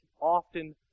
often